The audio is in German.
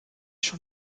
schon